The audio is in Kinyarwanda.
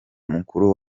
mukuru